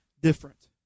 different